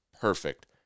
perfect